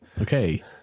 Okay